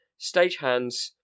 stagehands